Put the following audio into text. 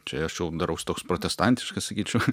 čia aš jau darausi toks protestantiškas sakyčiau